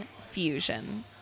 fusion